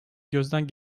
gözden